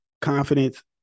confidence